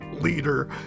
leader